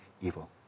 evil